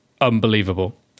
unbelievable